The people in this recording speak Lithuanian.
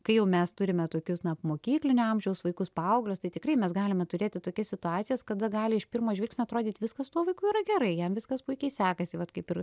kai jau mes turime tokius na mokyklinio amžiaus vaikus paauglius tai tikrai mes galime turėti tokias situacijas kada gali iš pirmo žvilgsnio atrodyti viskas tuo vaiku yra gerai jam viskas puikiai sekasi vat kaip ir